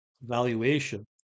valuation